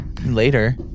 Later